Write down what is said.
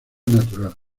natural